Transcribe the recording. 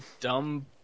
dumb